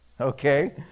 okay